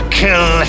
kill